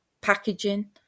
packaging